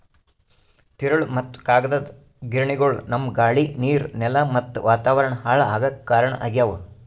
ತಿರುಳ್ ಮತ್ತ್ ಕಾಗದದ್ ಗಿರಣಿಗೊಳು ನಮ್ಮ್ ಗಾಳಿ ನೀರ್ ನೆಲಾ ಮತ್ತ್ ವಾತಾವರಣ್ ಹಾಳ್ ಆಗಾಕ್ ಕಾರಣ್ ಆಗ್ಯವು